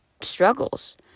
struggles